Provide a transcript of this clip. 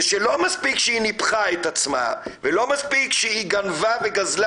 שלא מספיק שהיא ניפחה את עצמה ולא מספיק שהיא גנבה וגזלה